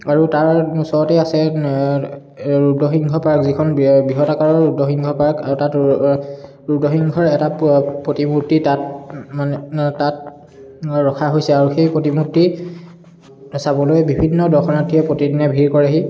আৰু তাৰ ওচৰতেই আছে ৰুদ্ৰসিংহ পাৰ্ক যিখন বৃ বৃহৎ আকাৰৰ ৰুদ্ৰসিংহ পাৰ্ক আৰু তাত ৰুদ্ৰসিংহৰ এটা প প্ৰতিমূৰ্তি তাত তাত ৰখা হৈছে আৰু সেই প্ৰতিমূৰ্তি চাবলৈ বিভিন্ন দৰ্শনাৰ্থীয়ে প্ৰতিদিনে ভিৰ কৰেহি